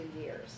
years